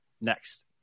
next